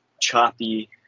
choppy